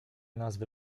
nazwy